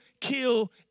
kill